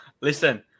Listen